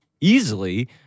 easily